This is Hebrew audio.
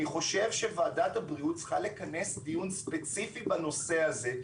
אני חושב שוועדת הבריאות צריכה לכנס דיון ספציפי בנושא הזה.